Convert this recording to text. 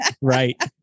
Right